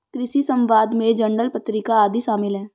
कृषि समवाद में जर्नल पत्रिका आदि शामिल हैं